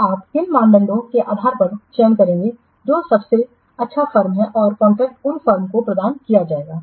तो आप किन मानदंडों के आधार पर चयन करेंगे जो सबसे अच्छा फर्म है और कॉन्ट्रैक्ट उस फर्म को प्रदान किया जाएगा